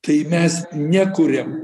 tai mes nekuriam